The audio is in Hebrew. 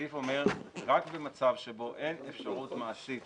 הסעיף אומר: רק במצב שבו אין אפשרות מעשית